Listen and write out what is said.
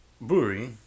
brewery